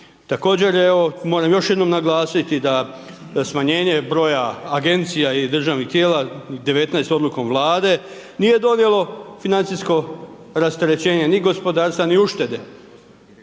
Također, evo moram još jednom naglasiti da smanjenje broja agencija i državnih tijela, 19 odlukom Vlade nije donijelo financijsko rasterećenje ni gospodarstva, ni uštede,